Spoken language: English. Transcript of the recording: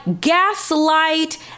Gaslight